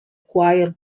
choir